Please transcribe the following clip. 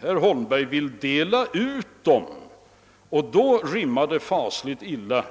Herr Holmberg vill dela ut dem, och då rimmar det fasligt illa